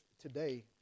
today